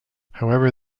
however